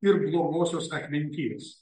ir blogosios atminties